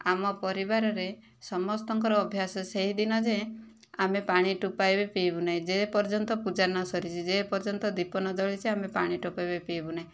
ଆମ ପରିବାରରେ ସମସ୍ତଙ୍କର ଅଭ୍ୟାସ ସେହି ଦିନ ଯେ ଆମେ ପାଣି ଟୋପାଏ ବି ପିଇବୁ ନାହିଁ ଯେପର୍ଯ୍ୟନ୍ତ ପୂଜା ନ ସରିଛି ଯେପର୍ଯ୍ୟନ୍ତ ଦୀପ ନ ଜଳିଛି ଆମେ ପାଣି ଠୋପେ ବି ପିଇବୁ ନାହିଁ